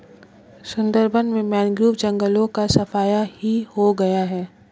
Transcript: सुंदरबन में मैंग्रोव जंगलों का सफाया ही हो गया है